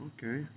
Okay